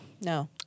No